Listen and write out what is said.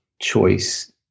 choice